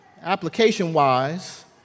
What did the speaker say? application-wise